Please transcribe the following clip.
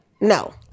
No